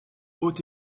haut